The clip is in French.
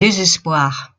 désespoir